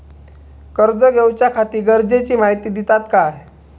कर्ज घेऊच्याखाती गरजेची माहिती दितात काय?